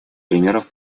примеров